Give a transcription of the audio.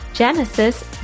Genesis